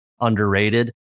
underrated